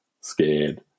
scared